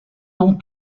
dont